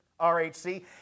RHC